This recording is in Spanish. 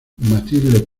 mathilde